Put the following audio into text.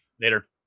Later